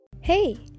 hey